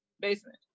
Basement